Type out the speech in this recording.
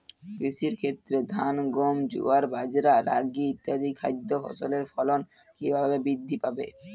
কৃষির ক্ষেত্রে ধান গম জোয়ার বাজরা রাগি ইত্যাদি খাদ্য ফসলের ফলন কীভাবে বৃদ্ধি পাবে?